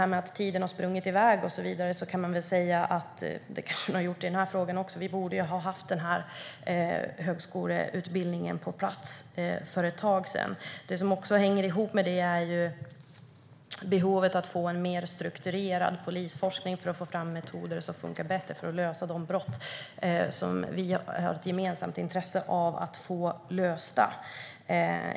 Apropå att tiden har sprungit i väg och så vidare kan man kanske säga att den har gjort det även i denna fråga. Vi borde ha haft denna högskoleutbildning på plats för ett tag sedan. Det som också hänger ihop med detta är behovet av att få en mer strukturerad polisforskning för att få fram metoder som funkar bättre för att lösa de brott som vi har ett gemensamt intresse av att få lösta.